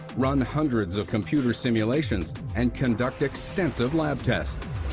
run hundreds of computer simulations, and conduct extensive lab tests.